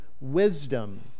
wisdom